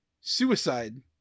suicide